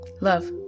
Love